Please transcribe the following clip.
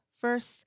First